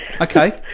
Okay